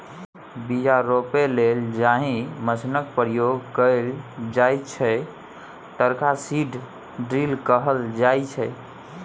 बीया रोपय लेल जाहि मशीनक प्रयोग कएल जाइ छै तकरा सीड ड्रील कहल जाइ छै